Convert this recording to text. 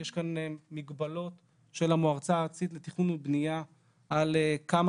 יש כאן מגבלות של המועצה הארצית לתכנון ובנייה על כמה